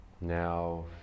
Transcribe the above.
Now